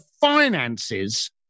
finances